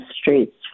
streets